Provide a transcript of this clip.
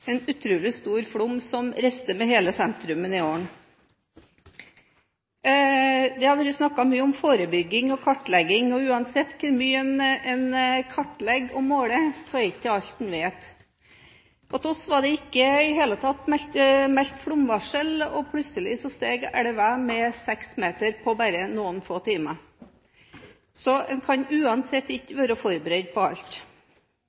en utrolig stor flom, som reiste nedover med hele sentrum. Det har vært snakket mye om forebygging og kartlegging, og uansett hvor mye en kartlegger og måler, er det ikke alt en vet. Til oss var det ikke meldt flomvarsel i det hele tatt, og plutselig steg elven med seks meter på bare noen få timer. Så en kan uansett ikke være forberedt på alt.